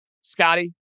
Scotty